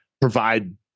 provide